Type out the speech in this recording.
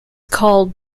called